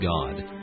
God